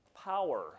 power